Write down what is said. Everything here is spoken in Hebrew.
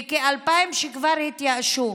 וכ-2,000 כבר התייאשו.